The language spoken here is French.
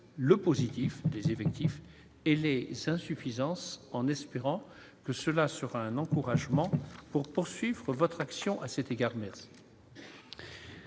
le positif des effectifs et les insuffisances, en espérant que cela sera un encouragement pour poursuivre votre action à cet égard,